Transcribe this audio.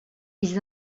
ils